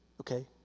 Okay